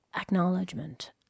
acknowledgement